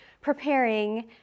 preparing